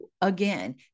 again